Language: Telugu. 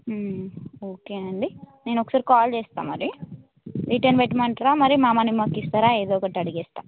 ఓకే అండి నేన ఒకసారి కాల్ చేస్తాను మరి రిటర్న్ పెట్టమంటారా మరి మా మని మాకు ఇస్తారా ఏదో ఒకటి అడిగేస్తాం